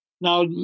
Now